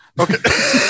Okay